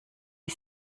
die